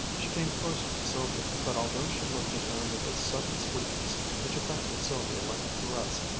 she came closer to sylvia, but although she looked at her with a sudden sweetness which affected sylvia like a caress,